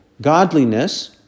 godliness